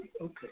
okay